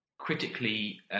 critically